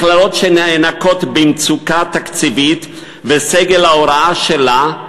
מכללות שנאנקות בגלל מצוקה תקציבית ושסגל ההוראה שלהן